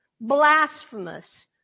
blasphemous